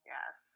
Yes